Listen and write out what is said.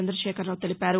చంద్రశేఖరావు తెలిపారు